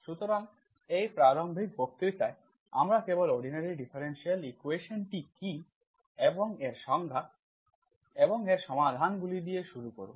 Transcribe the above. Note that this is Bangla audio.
সুতরাং এই প্রারম্ভিক বক্তৃতায় আমরা কেবল অর্ডিনারি ডিফারেনশিয়াল ইকুয়েশন্সটি কী এর সংজ্ঞা এবং এর সমাধানগুলি দিয়ে শুরু করব